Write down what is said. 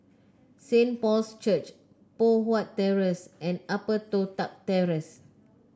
Saint Paul's Church Poh Huat Terrace and Upper Toh Tuck Terrace